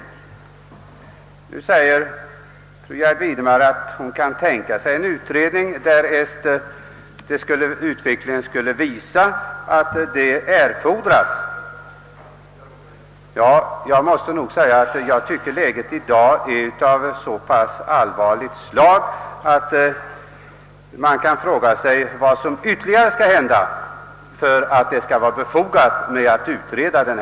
Fru Gärde Widemar sade att hon kunde tänka sig en utredning om utvecklingen skulle visa att en sådan erfordras. Jag tycker att läget i dag är så allvarligt att jag måste fråga mig vad som ytterligare skall hända för att fru Gärde Widemar och andra skall anse det befogat med en utredning.